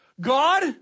God